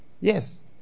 Yes